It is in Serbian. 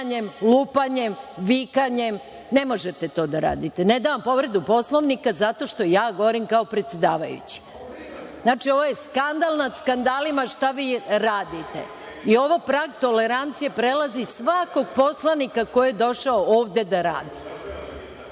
Radulović: Povreda Poslovnika.)Ne dam vam povredu Poslovnika zato što ja govorim kao predsedavajući. Znači, ovo je skandal nad skandalima šta vi radite i ovaj prag tolerancije prelazi svakog poslanika koji je došao ovde da radi